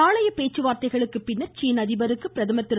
இந்த பேச்சுவார்த்தைகளுக்குப் பின்னர் சீன அதிபருக்கு பிரதமர் திரு